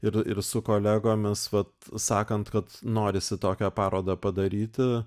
ir ir su kolegomis vat sakant kad norisi tokią parodą padaryti